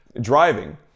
driving